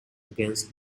against